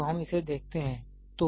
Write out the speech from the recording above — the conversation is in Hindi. तो हम इसे देखते हैं